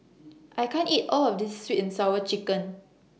I can't eat All of This Sweet and Sour Chicken